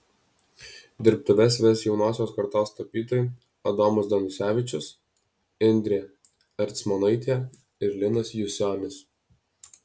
dirbtuves ves jaunosios kartos tapytojai adomas danusevičius indrė ercmonaitė ir linas jusionis